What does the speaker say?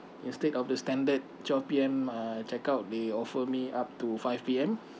instead of the standard twelve P_M uh check out they offer me up to five P_M